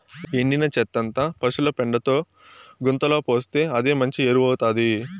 ఎండిన చెత్తంతా పశుల పెండతో గుంతలో పోస్తే అదే మంచి ఎరువౌతాది